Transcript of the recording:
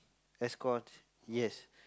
escort yes